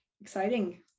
Exciting